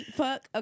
fuck